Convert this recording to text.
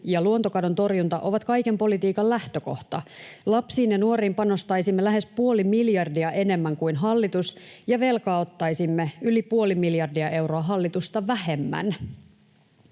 ja luontokadon torjunta ovat kaiken politiikan lähtökohta. Lapsiin ja nuoriin panostaisimme lähes puoli miljardia enemmän kuin hallitus ja velkaa ottaisimme yli puoli miljardia euroa hallitusta vähemmän.